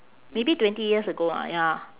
maybe twenty years ago ah ya